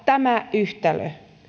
tämä yhtälö